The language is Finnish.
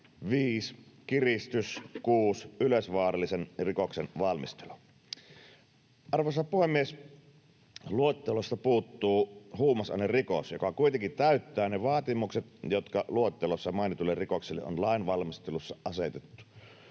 5) kiristys 6) yleisvaarallisen rikoksen valmistelu. Arvoisa puhemies! Luettelosta puuttuu huumausainerikos, joka kuitenkin täyttää ne vaatimukset, jotka luettelossa mainituille rikoksille on lainvalmistelussa asetettu.